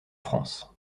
france